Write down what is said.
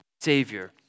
savior